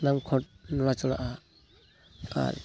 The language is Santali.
ᱥᱟᱱᱟᱢ ᱠᱷᱚᱱ ᱱᱚᱲᱟᱪᱚᱲᱟᱜᱼᱟ ᱟᱨ